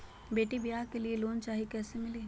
बेटी ब्याह के लिए लोन चाही, कैसे मिली?